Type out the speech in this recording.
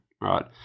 right